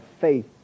faith